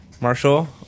Marshall